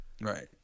Right